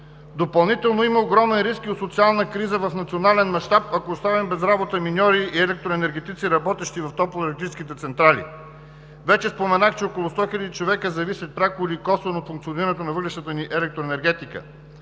Допълнително има огромен риск и от социална криза в национален мащаб, ако оставим без работа миньори и електроенергетици, работещи в топлоелектрическите централи. Вече споменах, че около 100 хиляди човека зависят пряко или косвено от функционирането на въглищната ни електроенергетика.